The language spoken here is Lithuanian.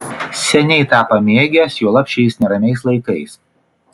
seniai tą pamėgęs juolab šiais neramiais laikais